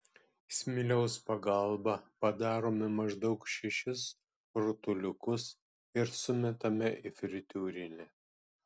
smiliaus pagalba padarome maždaug šešis rutuliukus ir sumetame į fritiūrinę